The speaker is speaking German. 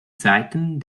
seiten